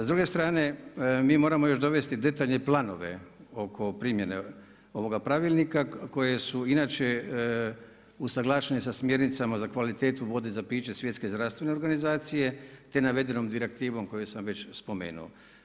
S druge strane mi moramo još dovesti detaljne planove oko primjene ovoga pravilnika koje su inače usaglašene sa smjernicama za kvalitetu vode za piće Svjetske zdravstvene organizacije, te navedenom direktivom koju sam već spomenuo.